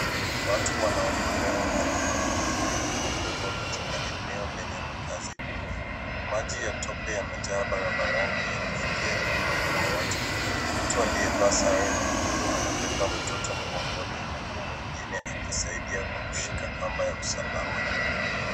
Watu wanaokolewa kutoka kwenye mafuriko makubwa katika eneo lenye makazi duni. Maji ya tope yamejaa barabarani yakifikia kiunoni mwa watu. Mtu aliyevaa sare nyekundu anambeba mtoto mgongoni huku mwingine akisaidia kwa kushika kamba ya usalama.